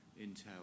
intel